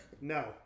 No